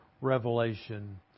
revelation